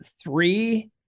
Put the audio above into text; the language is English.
three